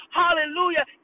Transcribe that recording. hallelujah